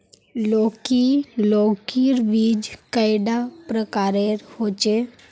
लौकी लौकीर बीज कैडा प्रकारेर होचे?